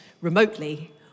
remotely